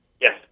Yes